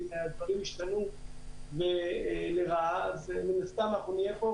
אם הדברים ישתנו לרעה, אז מן הסתם אנחנו נהיה פה.